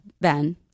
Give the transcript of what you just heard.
Ben